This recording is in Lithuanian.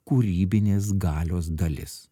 kūrybinės galios dalis